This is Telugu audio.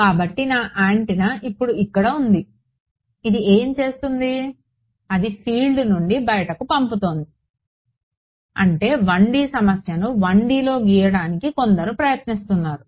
కాబట్టి నా యాంటెన్నా ఇప్పుడు ఇక్కడ ఉంది అది ఏమి చేస్తుంది అది ఫీల్డ్ నుండి బయటకు పంపుతోంది అంటే 1D సమస్యను 1Dలో గీయడానికి కొందరు ప్రయత్నిస్తున్నారు